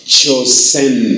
Chosen